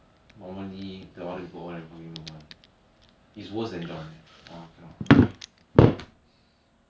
lane touch the least cause you don't I don't I don't know lah it's like enemy don't path towards your lane then it's very hard for